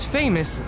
famous